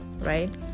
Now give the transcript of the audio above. right